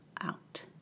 out